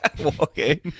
Okay